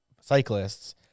cyclists